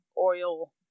oil